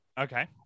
Okay